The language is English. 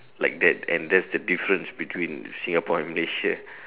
like that and that is the difference between Singapore and Malaysia